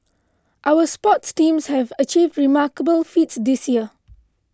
our sports teams have achieved remarkable feats this year